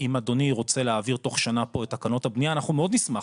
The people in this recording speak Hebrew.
אם אדוני רוצה להעביר תוך שנה את תקנות הבנייה אנחנו מאוד נשמח.